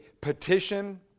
petition